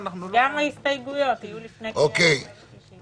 גם ההסתייגויות יהיו לפני קריאה שנייה ושלישית.